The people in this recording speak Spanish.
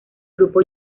grupo